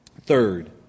Third